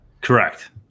Correct